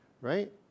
right